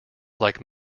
like